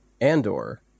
Andor